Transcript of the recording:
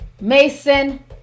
Mason